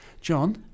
John